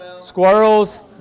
squirrels